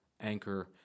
Anchor